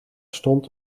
stond